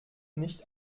nicht